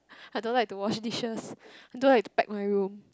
I don't like to wash dishes don't like to pack my room